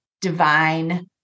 divine